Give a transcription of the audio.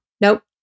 Nope